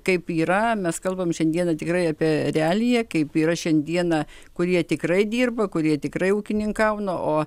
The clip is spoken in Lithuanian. kaip yra mes kalbam šiandieną tikrai apie realiją kaip yra šiandieną kurie tikrai dirba kurie tikrai ūkininkauna o